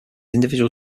individual